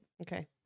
Okay